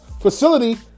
facility